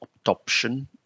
adoption